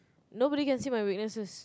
nobody can see my weaknesses